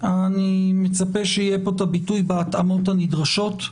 אני מצפה שיהיה פה הביטוי "בהתאמות הנדרשות".